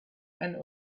and